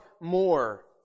more